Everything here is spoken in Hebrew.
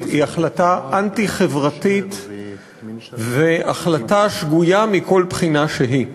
היא החלטה אנטי-חברתית והחלטה שגויה מכל בחינה שהיא.